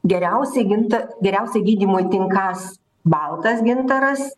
geriausiai ginta geriausiai gydymui tinkąs baltas gintaras